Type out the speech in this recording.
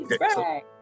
right